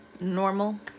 normal